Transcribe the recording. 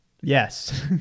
Yes